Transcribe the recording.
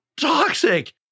toxic